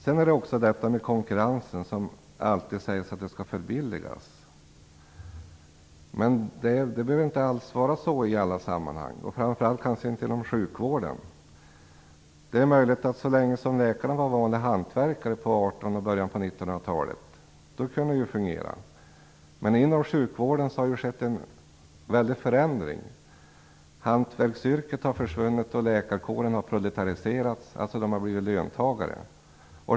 Det sägs också alltid att konkurrens skall förbilliga. Men det behöver inte alls vara så i alla sammanhang, framför allt inte inom sjukvården. Det är möjligt att det kunde fungera så länge läkarna var vanliga hantverkare, på 1800-talet och början av 1900-talet. Men inom sjukvården har det skett en väldig förändring. Hantverksyrket har försvunnit, och läkarkåren har proletariserats, läkarna har blivit löntagare.